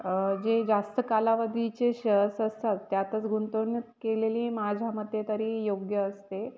जे जास्त कालावधीचे शेअर्स असतात त्यातच गुंतवणूक केलेली माझ्या मते तरी योग्य असते